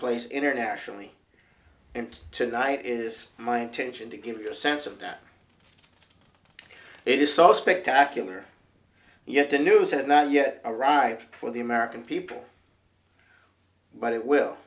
place internationally and tonight is my intention to give you a sense of that it is so spectacular yet the news has not yet arrived for the american people but it will